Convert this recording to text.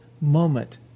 moment